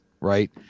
right